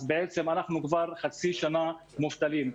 אז בעצם אנחנו כבר חצי שנה מובטלים.